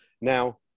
Now